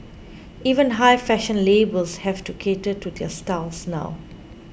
even high fashion labels have to cater to their styles now